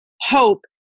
hope